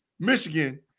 Michigan